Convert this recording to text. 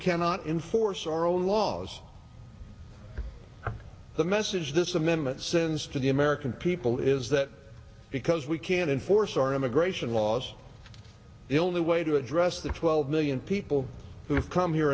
cannot enforce our own laws the message this amendment sends to the american people is that because we can't enforce our immigration laws the only way to address the twelve million people who have come here